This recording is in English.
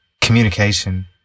communication